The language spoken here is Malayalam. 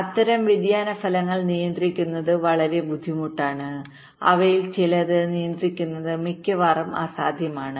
അത്തരം വ്യതിയാന ഫലങ്ങൾ നിയന്ത്രിക്കുന്നത് വളരെ ബുദ്ധിമുട്ടാണ് അവയിൽ ചിലത് നിയന്ത്രിക്കുന്നത് മിക്കവാറും അസാധ്യമാണ്